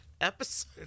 episode